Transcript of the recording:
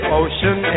ocean